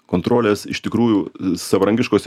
kontrolės iš tikrųjų savarankiškose